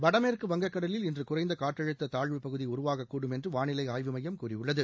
வடமேற்கு வங்கக் கடலில் இன்று குறைந்த காற்றழுத்த தாழ்வுப்பகுதி உருவாகக்கூடும் என்று வானிலை ஆய்வு மையம் கூறியுள்ளது